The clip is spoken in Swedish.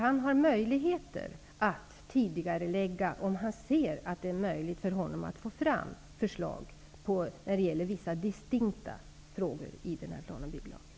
Han har möjlighet att lägga fram förslag tidigare, om han ser att det är möjligt för honom att få fram förslag när det gäller vissa distinkta frågor i plan och bygglagen.